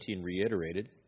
reiterated